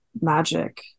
magic